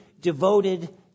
devoted